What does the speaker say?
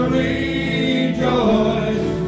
rejoice